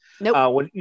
Nope